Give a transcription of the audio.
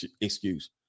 excuse